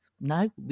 no